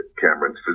Cameron's